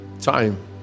time